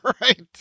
right